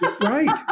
Right